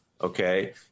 okay